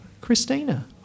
Christina